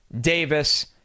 Davis